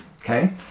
Okay